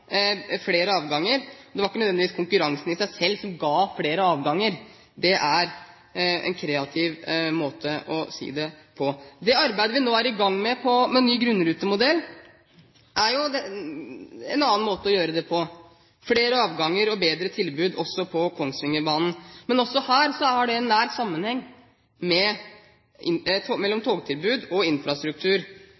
flere avganger. Det var ikke nødvendigvis konkurransen i seg selv som ga flere avganger. Det er en kreativ måte å si det på. Det arbeidet vi nå er i gang med når det gjelder ny grunnrutemodell, er jo en annen måte å gjøre det på – flere avganger og bedre tilbud, også på Kongsvingerbanen. Men også her er det nær sammenheng mellom